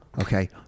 Okay